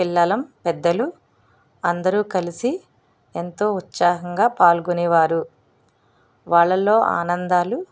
పిల్లలు పెద్దలు అందరు కలిసి ఎంతో ఉత్సాహంగా పాల్గొనేవారు వాళ్ళలో ఆనందాలు